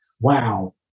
wow